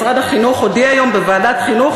משרד החינוך הודיע היום בוועדת החינוך